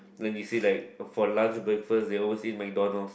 then you see like for lunch breakfast they always eat McDonalds